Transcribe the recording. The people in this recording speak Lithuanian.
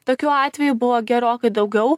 tokių atvejų buvo gerokai daugiau